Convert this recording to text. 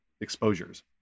exposures